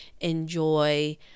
enjoy